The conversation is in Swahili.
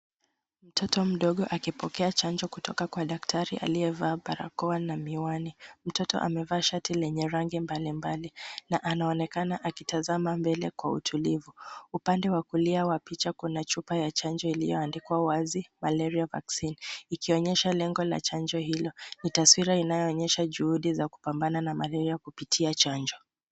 Mtoto mdogo akipokea chanjo kutoka kwa daktari aliyevaa barakoa na miwani. Mtoto amevaa shati lenye rangi mbalimbali na anaonekana akitazama mbele kwa utulivu. Upande wa kulia wa picha kuna chupa ya chanjo iliyoandikwa wazi Malaria Vaccine, ikionyesha lengo la chanjo hilo, ni taswira inayoonyesha juhudi za kupambana na Malaria kupitia chanjo.